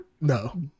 No